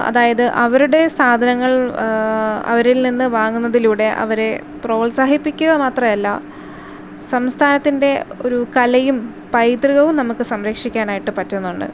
അതായത് അവരുടെ സാധനങ്ങൾ അവരിൽ നിന്ന് വാങ്ങുന്നതിലൂടെ അവരെ പ്രോത്സാഹിപ്പിക്കുക മാത്രമല്ല സംസ്ഥാനത്തിൻ്റെ ഒരു കലയും പൈതൃകവും നമുക്ക് സംരക്ഷിക്കാനായിട്ട് പറ്റുന്നുണ്ട്